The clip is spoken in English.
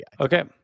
Okay